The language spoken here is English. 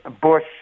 bush